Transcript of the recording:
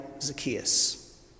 Zacchaeus